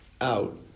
out